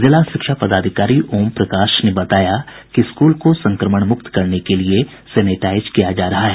जिला शिक्षा पदाधिकारी ओम प्रकाश ने बताया कि स्कूल को संक्रमण मुक्त करने के लिए सेनेटाईज किया जा रहा है